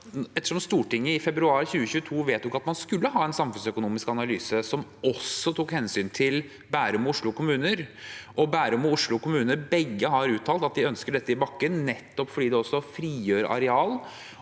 derfor: Stortinget vedtok i februar 2022 at man skulle ha en samfunnsøkonomisk analyse som også tok hensyn til Bærum og Oslo kommuner, og Bærum og Oslo kommuner har begge uttalt at de ønsker dette i bakken, nettopp fordi det frigjør areal